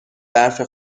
برف